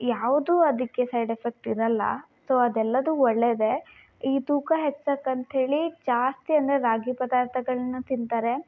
ಯಾವುದು ಅದಕ್ಕೆ side effect ಇರಲ್ಲ ಸೊ ಅದೆಲ್ಲವು ಒಳ್ಳೆಯದೇ ಈ ತೂಕ ಹೆಚ್ಸಕ್ಕೆ ಅಂತ ಹೇಳಿ ಜಾಸ್ತಿ ಅಂದರೆ ರಾಗಿ ಪದಾರ್ಥಗಳನ್ನ ತಿಂತಾರೆ